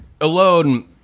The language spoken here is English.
alone